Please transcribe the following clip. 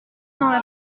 dans